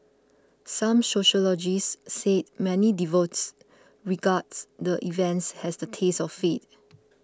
some sociologists say many devotes regards the events has a taste of faith